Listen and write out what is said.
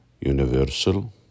universal